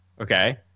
Okay